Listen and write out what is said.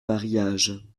mariage